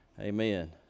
Amen